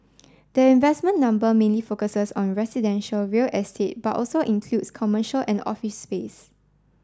the investment number mainly focuses on residential real estate but also includes commercial and office space